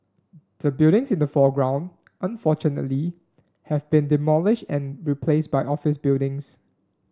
the buildings in the foreground unfortunately have been demolished and replaced by office buildings